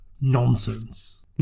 nonsense